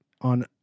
on